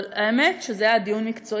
אבל האמת היא שזה היה דיון מקצועי,